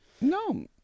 No